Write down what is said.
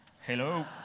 Hello